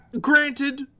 Granted